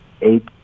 eight